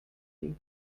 you